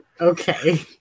Okay